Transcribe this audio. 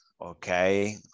Okay